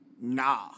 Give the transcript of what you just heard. Nah